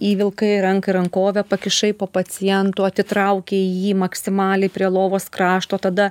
į ilkai ranką į rankovę pakišai po pacientu atitraukei jį maksimaliai prie lovos krašto tada